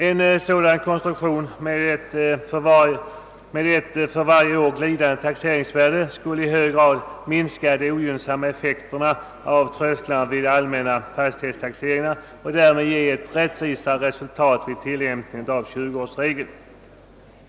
En sådan konstruktion med ett för varje år glidande taxeringsvärde skulle i hög grad minska de ogynnsamma effekterna av trösklarna vid de allmänna fastighetstaxeringarna och därmed ge ett rättvisade resultat vid tilllämpningen av 20-årsregeln.